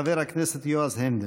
חבר הכנסת יועז הנדל.